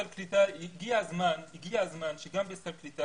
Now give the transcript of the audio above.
הגיע הזמן שגם בסל קליטה,